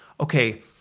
okay